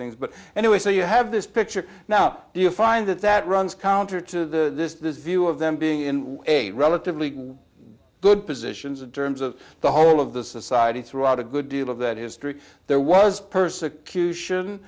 things but anyway so you have this picture now you find that that runs counter to view of them being in a relatively good positions in terms of the whole of the society throughout a good deal of that history there was persecution